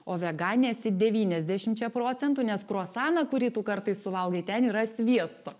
o veganė esi devyniasdešimčia procentų nes kruasaną kurį tu kartais suvalgai ten yra sviesto